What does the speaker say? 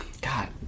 God